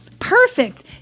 perfect